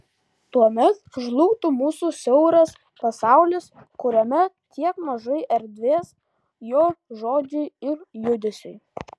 tuomet žlugtų mūsų siauras pasaulis kuriame tiek mažai erdvės jo žodžiui ir judesiui